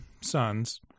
sons